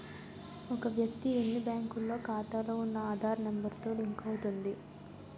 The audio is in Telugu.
ఒక వ్యక్తి ఎన్ని బ్యాంకుల్లో ఖాతాలో ఉన్న ఆధార్ నెంబర్ తో లింక్ అవుతుంది